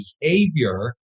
behavior